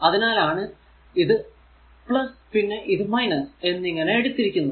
അതിനാൽ ആണ് ഇത് പിന്നെ ഇത് എന്നിങ്ങനെ എടുത്തിരിക്കുന്നത്